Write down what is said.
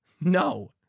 No